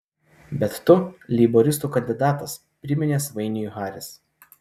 bet tu leiboristų kandidatas priminė svainiui haris